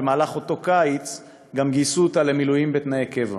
באותו קיץ גם גייסו אותה למילואים בתנאי קבע,